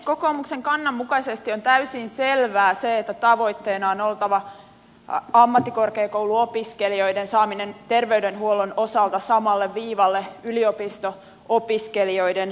kokoomuksen kannan mukaisesti on täysin selvää että tavoitteena on oltava ammattikorkeakouluopiskelijoiden saaminen terveydenhuollon osalta samalle viivalle yliopisto opiskelijoiden kanssa